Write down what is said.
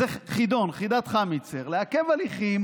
זה חידון, חידת חמיצר, לעכב הליכים